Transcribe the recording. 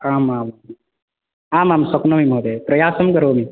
आम् आम् आमाम् शक्नोमि महोदय प्रयासं करोमि